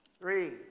three